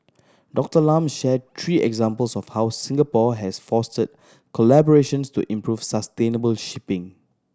Doctor Lam shared three examples of how Singapore has fostered collaborations to improve sustainable shipping